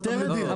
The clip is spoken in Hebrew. תיאום.